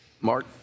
Mark